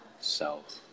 self